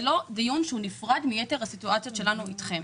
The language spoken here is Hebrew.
זה לא דיון שהוא נפרד מיתר הסיטואציות שלנו אתכם.